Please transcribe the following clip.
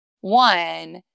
one